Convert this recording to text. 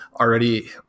already